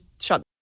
Shut